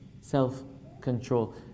self-control